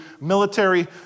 military